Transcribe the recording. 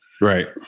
Right